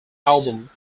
album